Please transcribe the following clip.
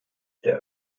der